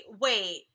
wait